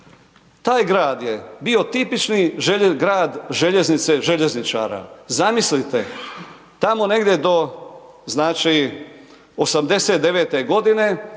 Taj grad je bio tipični grad željeznice, željezničara. Zamislite, tamo negdje do znači 89-e godine,